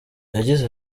yagize